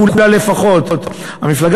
כולו לפחות,